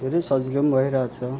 धेरै सजिलो पनि भइरहेछ